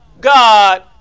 God